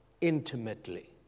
intimately